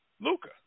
Luca